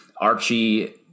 Archie